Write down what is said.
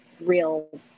real